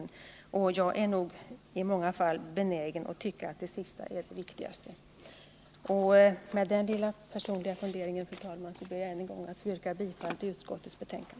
Jag är nog i många fall benägen att tycka att det sistnämnda är det viktigaste. Med den lilla personliga funderingen, fru talman, ber jag än en gång att få yrka bifall till utskottets hemställan.